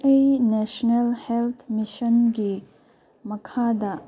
ꯑꯩ national health ꯃꯤꯁꯟꯒꯤ ꯃꯈꯥꯗ